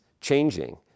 changing